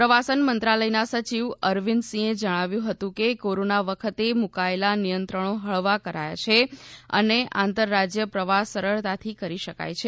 પ્રવાસન મંત્રાલયના સચિવ અરવિંદ સિંહે જણાવ્યું હતું કે કોરોના વખતે મૂકાયેલા નિયંત્રણો હળવા કરાયા છે અને આંતરરાજ્ય પ્રવાસ સરળતાથી કરી શકાય છે